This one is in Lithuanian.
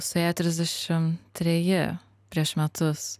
suėjo trisdešim treji prieš metus